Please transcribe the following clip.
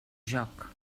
joc